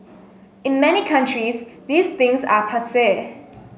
in many countries these things are passe